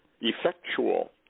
effectual